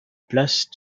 place